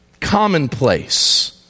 commonplace